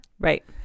Right